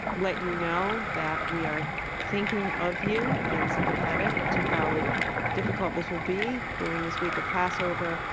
let you know that we are thinking of you, and sympathetic to how difficult this will be during this week of passover,